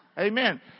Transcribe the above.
Amen